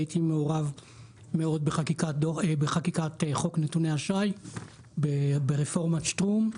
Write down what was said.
הייתי מעורב מאוד בחקיקת חוק נתוני אשראי ברפורמת שטרום.